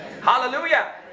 Hallelujah